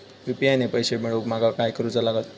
UPI ने पैशे मिळवूक माका काय करूचा लागात?